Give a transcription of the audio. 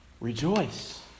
Rejoice